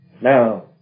Now